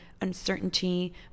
uncertainty